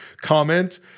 comment